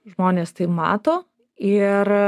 žmonės tai mato ir